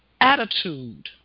attitude